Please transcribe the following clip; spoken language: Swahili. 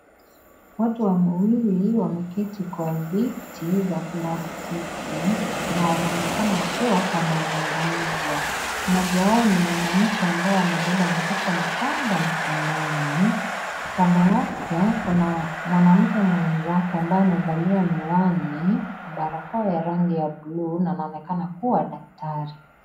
Watu wawili wameketi kwa viti za plastiki na wanaonekana wakiwa kwa mazungumzo mmoja wao ni mwanamke ambaye amebeba mtoto mchanga mkononi, kando yake kuna mwanamke mwenzake ambaye amevalia miwani barakoa ya rangi ya bluu na anaonekana kuwa daktari.